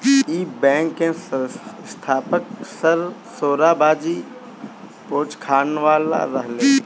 इ बैंक के स्थापक सर सोराबजी पोचखानावाला रहले